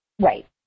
Right